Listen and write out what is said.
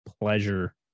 pleasure